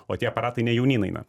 o tie aparatai ne jaunyn eina